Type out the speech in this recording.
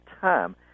time